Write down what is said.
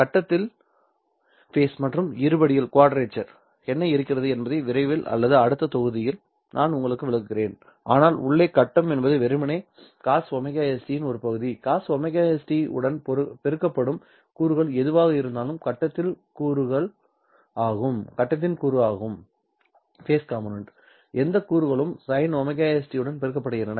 கட்டத்தில் மற்றும் இருபடியில் என்ன இருக்கிறது என்பதை விரைவில் அல்லது அடுத்த தொகுதியில் நான் உங்களுக்கு விளக்குகிறேன் ஆனால் உள்ளே கட்டம் என்பது வெறுமனே cosωs t இன் ஒரு பகுதி cosωst உடன் பெருக்கப்படும் கூறுகள் எதுவாக இருந்தாலும் கட்டத்தின் கூறு ஆகும் எந்த கூறுகளும் sin ωs t உடன் பெருக்கப்படுகின்றன